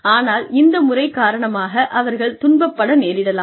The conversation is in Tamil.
ஆனால் இந்த முறை காரணமாக அவர்கள் துன்பப்பட நேரிடலாம்